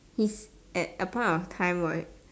he's at a point of time where